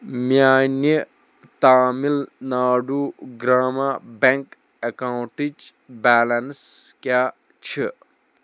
میانہِ تامِل ناڈوٗ گرٛاما بیٚنٛک اکاونٹٕچ بیلنس کیٛاہ چھِ